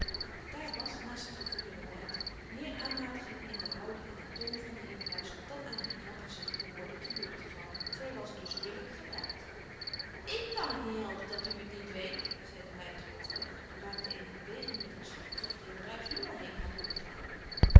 daar was naar het gevoelen der meid meer aanmatiging in de houding en den toon van den heer bruis dan aan haar knap gezicht behoorde te beurt te vallen zij was dus billijk geraakt ik kan t niet helpen dat u t niet weet zei de meid droogweg en maakte eene beweging met het slot alsof de heer bruis nu wel heen had kunnen gaan